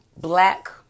black